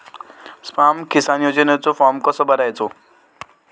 स्माम किसान योजनेचो फॉर्म कसो भरायचो?